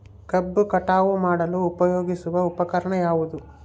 ಕಬ್ಬು ಕಟಾವು ಮಾಡಲು ಉಪಯೋಗಿಸುವ ಉಪಕರಣ ಯಾವುದು?